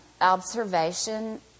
observation